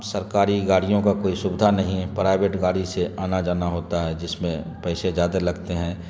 سرکاری گاڑیوں کا کوئی سویدھا نہیں ہے پرائیویٹ گاڑی سے آنا جانا ہوتا ہے جس میں پیسے زیادہ لگتے ہیں